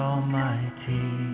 Almighty